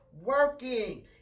working